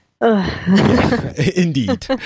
Indeed